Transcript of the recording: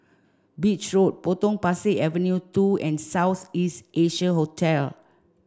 Beach Road Potong Pasir Avenue two and South East Asia Hotel